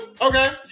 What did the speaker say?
Okay